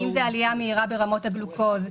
אם זה עלייה מהירה ברמות הגלוקוז,